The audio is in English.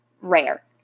rare